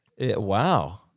Wow